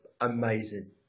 Amazing